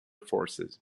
forces